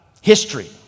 history